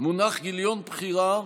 מונח גיליון בחירה,